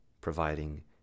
providing